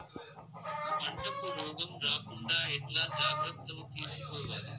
పంటకు రోగం రాకుండా ఎట్లా జాగ్రత్తలు తీసుకోవాలి?